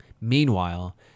Meanwhile